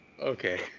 Okay